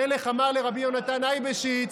המלך אמר לרבי יהונתן אייבשיץ: